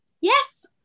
Yes